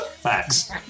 facts